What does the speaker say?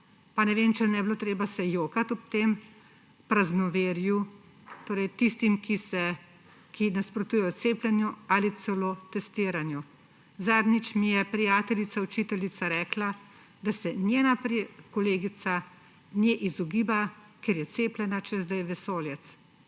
pa ne vem, če ne bi bilo treba se jokati ob tem praznoverju; torej tistim, ki nasprotujejo cepljenju ali celo testiranju. Zadnjič mi je prijateljica učiteljica rekla, da se njena kolegica nje izogiba, ker je cepljena, češ da je vesoljec.